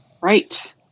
Right